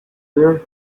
where